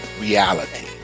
reality